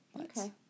Okay